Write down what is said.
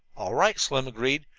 all right, slim agreed.